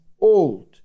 old